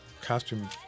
costume